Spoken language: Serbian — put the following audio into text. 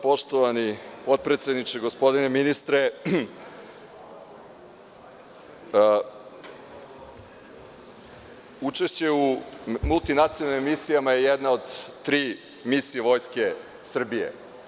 Poštovani podpredsedniče, gospodine ministre, učešće u multinacionalnim misijama je jedna od tri misije Vojske Srbije.